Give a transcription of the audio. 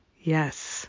Yes